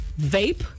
vape